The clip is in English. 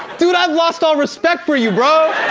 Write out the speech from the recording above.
dude, i've lost all respect for you, bro.